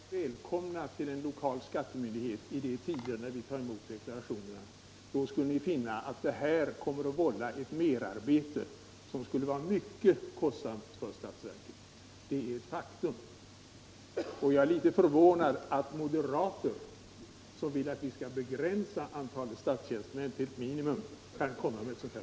Herr talman! Herrarna är välkomna till en lokal skattemyndighet vid den tid då vi tar emot deklarationerna. Då skall ni finna att införandet av kvitton i deklarationerna skulle innebära ett merarbete, som skulle vara mycket kostsamt för statsverket. Det är ett faktum, och jag är litet förvånad över att moderater, som vill att vi skall begränsa antalet stats tjänstemän, kan framlägga ett sådant här förslag.